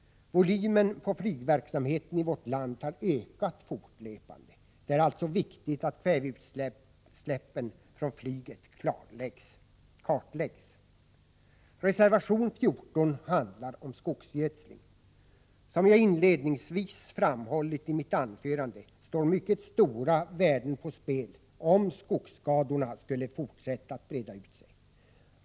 Volymen på flygverksamheten i vårt land har ökat fortlöpande. Det är alltså viktigt att kväveutsläppen från flyget kartläggs. Reservation 14 handlar om skogsgödsling. Som jag inledningsvis framhållit i mitt anförande står mycket stora värden på spel, om skogsskadorna skulle fortsätta att breda ut sig.